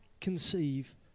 conceive